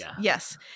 Yes